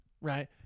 right